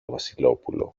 βασιλόπουλο